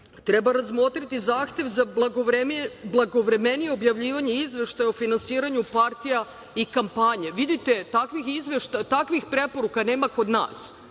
treba razmotriti zahtev za blagovremenije objavljivanje izveštaja o finansiranju partija i kampanje. Vidite, takvih preporuka nema kod nas,